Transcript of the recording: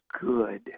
good